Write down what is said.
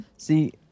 See